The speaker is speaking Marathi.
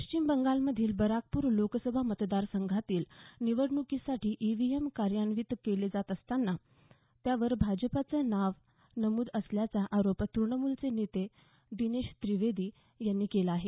पश्चिम बंगालमधील बराकपूर लोकसभा मतदारसंघातील निवडणुकीसाठी ईव्हीएम कार्यान्वित केलं जात असताना त्यावर भाजपचं नाव नमूद असल्याचा आरोप त्रणमूलचे नेते दिनेश त्रिवेदी यांनी केला आहे